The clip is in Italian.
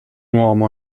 uomo